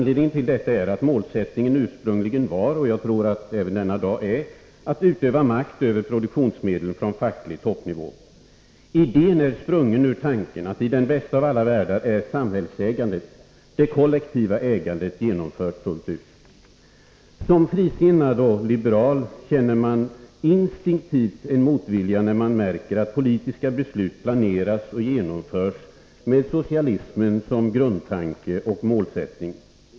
Anledningen till detta är att målsättningen ursprungligen var — och jag tror att den är det även denna dag — att utöva makt över produktionsmedlen från facklig toppnivå. Idén är sprungen ur tanken att i den bästa av alla världar är samhällsägandet, det kollektiva ägandet, genomfört fullt ut. Som frisinnad och liberal känner man en instinktiv motvilja när man märker att politiska beslut planeras och genomförs med socialismen som grundtanke och mål.